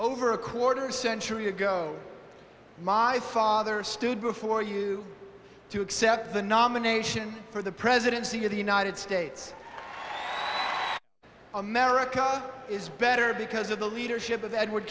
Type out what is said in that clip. over a quarter century ago my father stood before you to accept the nomination for the presidency of the united states of america is better because of the leadership of edward